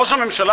ראש הממשלה,